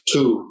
Two